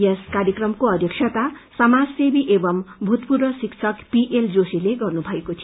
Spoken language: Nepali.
यस कार्यक्रमको अध्यक्षता समाजसेवी एवं भूतपूर्व शिक्षक पीएल जोशीले गर्नुभएको थियो